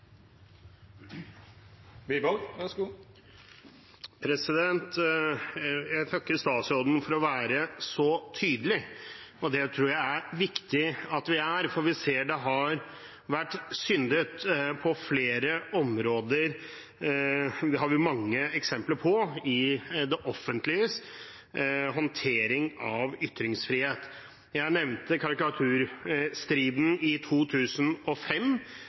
å være så tydelig. Det tror jeg det er viktig at vi er, for vi ser at det har vært syndet på flere områder. Vi har mange eksempler på det når det kommer til det offentliges håndtering av ytringsfrihet. Jeg nevnte karikaturstriden i 2005,